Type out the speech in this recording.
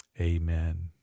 Amen